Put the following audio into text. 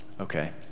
Okay